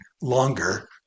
longer